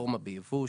לרפורמה בייבוא,